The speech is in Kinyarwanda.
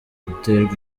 guterwa